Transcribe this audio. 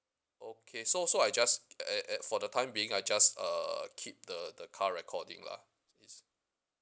okay so so I just t~ at at for the time being I just uh keep the the car recording lah is